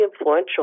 influential